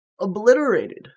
obliterated